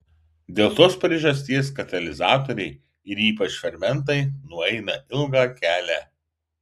dėl tos priežasties katalizatoriai ir ypač fermentai nueina ilgą kelią